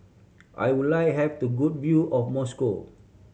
I would like have to good view of Moscow